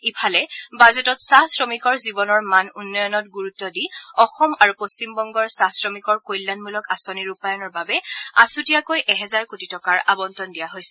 ইফালে বাজেটত চাহ শ্ৰমিকৰ জীৱনৰ মান উন্নয়নত গুৰুত্ব দি অসম আৰু পশ্চিম বংগৰ চাহ শ্ৰমিকৰ কল্যাণমূলক আঁচনি ৰূপায়ণৰ বাবে আছুতীয়াকৈ এহেজাৰ কোটি টকাৰ আবণ্টন দিয়া হৈছে